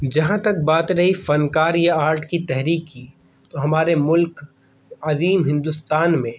جہاں تک بات رہی فنکار یا آرٹ کی تحریک کی تو ہمارے ملک عظیم ہندوستان میں